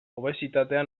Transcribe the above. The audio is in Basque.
obesitatea